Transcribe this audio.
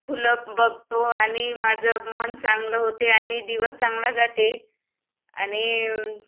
फुलं बघतो आणि माझं मन चांगलं होते आणि दिवस चांगला जाते आणि